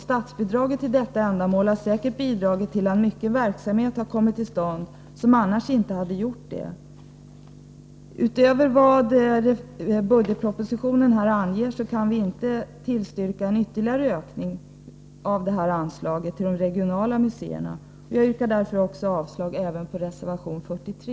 Statsbidraget till detta ändamål har säkert bidragit till en omfattande verksamhet som annars inte hade kommit till stånd. Men vi kan inte tillstyrka en ytterligare ökning, utöver vad budgetpropositionen föreslår, av anslaget till de regionala museerna. Jag yrkar därför avslag även på reservation 43.